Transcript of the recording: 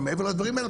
מעבר לדברים האלה,